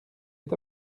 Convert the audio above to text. est